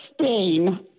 Spain